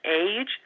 age